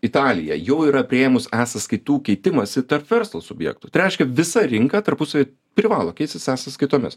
italija jau yra priėmus e sąskaitų keitimąsi tarp verslo subjektų tai reiškia visa rinka tarpusavy privalo keistis e sąskaitomis